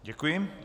Děkuji.